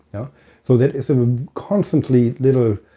you know so, there is some constantly little.